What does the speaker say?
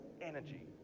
energy